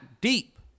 deep